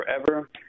forever